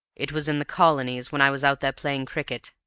it was in the colonies, when i was out there playing cricket.